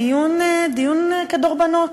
דיון כדרבונות.